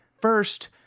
First